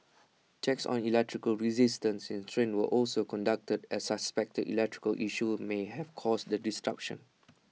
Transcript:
checks on electrical resistance in trains were also conducted as suspected electrical issue may have caused the disruption